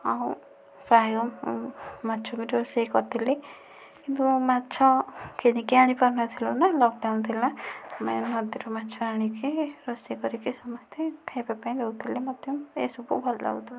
ଆଉ ପ୍ରାୟ ମାଛ ବି ରୋଷେଇ କରିଥିଲି କିନ୍ତୁ ମାଛ କିଣିକି ଆଣିପାରୁନଥିଲୁ ନା ଲକଡାଉନ ଥିଲା ଆମେ ନଦୀରୁ ମାଛ ଆଣିକି ରୋଷେଇ କରିକି ସମସ୍ତେ ଖାଇବା ପାଇଁ ଦେଉଥିଲେ ମୋତେ ଏ ସବୁ ଭଲ ଲାଗୁଥିଲା